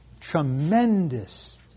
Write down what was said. tremendous